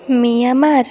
Myanmar